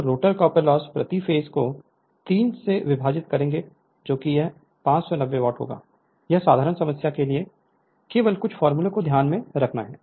तो rotor copper loss प्रति phase को तीन से विभाजित करेंगे जो कि यह 590 वॉट होगा एक साधारण समस्या के लिए केवल कुछ फॉर्मूला को ध्यान में रखना है